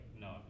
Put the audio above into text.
no